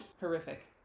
Horrific